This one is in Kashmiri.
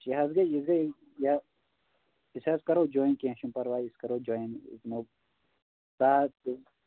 یہِ حظ گٔے یہِ گٔے یہِ أسۍ حظ کَرو جوایِن کیٚنٛہہ چھُنہٕ پَرواے أسۍ کَرو جوایِن أسۍ دِمو ساتھ تہٕ